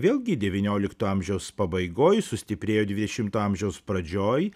vėlgi devyniolikto amžiaus pabaigoj sustiprėjo dvidešimto amžiaus pradžioj